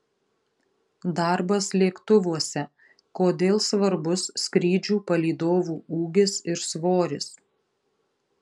darbas lėktuvuose kodėl svarbus skrydžių palydovų ūgis ir svoris